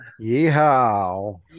Yeehaw